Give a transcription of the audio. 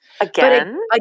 Again